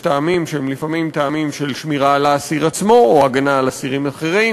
יש טעמים שהם לפעמים של שמירה על האסיר עצמו או הגנה על אסירים אחרים,